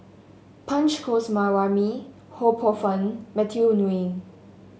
Punch Coomaraswamy Ho Poh Fun Matthew Ngui